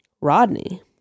Rodney